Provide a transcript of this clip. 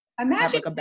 imagine